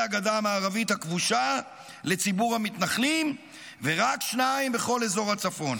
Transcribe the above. הגדה המערבית הכבושה לציבור המתנחלים ורק שניים בכל אזור הצפון.